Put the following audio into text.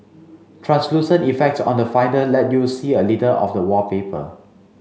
translucent effects on the Finder let you see a little of the wallpaper